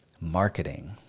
marketing